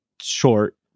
short